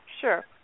Sure